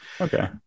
okay